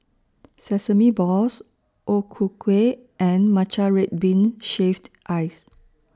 Sesame Balls O Ku Kueh and Matcha Red Bean Shaved Ice